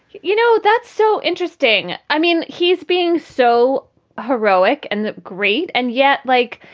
you know, that's so interesting. i mean, he's being so heroic and great. and yet, like,